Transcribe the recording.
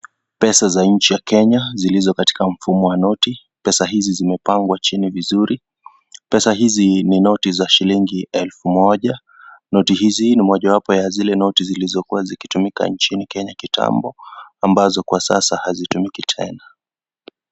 Pesa za nchi ya Kenya zilizo katika mfumo wa noti. Pesa hizi zimepangwa chini vizuri. Pesa hizi ni noti za shilingi elfu moja. Noti hizi ni moja wapo ya zile noti zilizokuwa zikitumika nchini Kenya kitambo, ambazo kwa sasa hazitumiki tena.